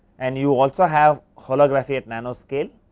and you also have holography at nano scale